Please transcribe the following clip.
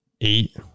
eight